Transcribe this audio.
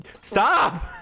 stop